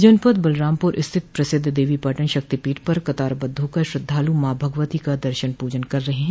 जनपद बलरामपुर स्थित प्रसिद देवीपाटन शक्तिपीठ पर कतारबद्ध होकर श्रद्धालु मां भगवती का दर्शन पूजन कर रहे हैं